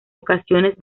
ocasiones